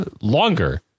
longer